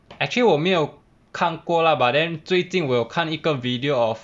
actually 我没有看过 lah but then 最近我有看一个 video of